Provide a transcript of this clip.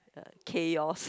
chaos